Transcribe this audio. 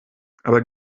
aber